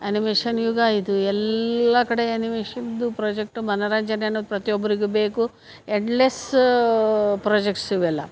animation ಯುಗ ಇದು ಎಲ್ಲ ಕಡೆ ಆ್ಯನಿಮೇಷನ್ದು ಪ್ರೊಜೆಕ್ಟು ಮನೋರಂಜನೆ ಅನ್ನೋದು ಪ್ರತಿಯೊಬ್ಬರಿಗೂ ಬೇಕು ಎಂಡ್ಲೆಸ್ ಪ್ರೊಜೆಕ್ಟ್ಸ್ ಇವೆಲ್ಲ